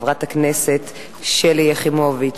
חברת הכנסת שלי יחימוביץ.